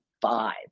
Five